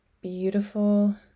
beautiful